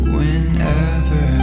Whenever